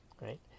right